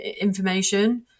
information